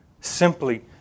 Simply